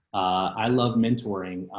i love mentoring.